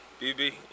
BB